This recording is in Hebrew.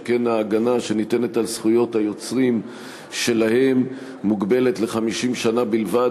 שכן ההגנה שניתנת על זכויות היוצרים שלהם מוגבלת ל-50 שנה בלבד,